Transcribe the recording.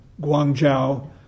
Guangzhou